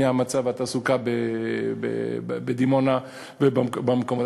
מהמצב והתעסוקה בדימונה ובמקומות אחרים.